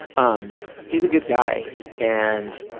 um he's a good guy, and